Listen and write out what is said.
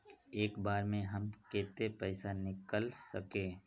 एक बार में हम केते पैसा निकल सके?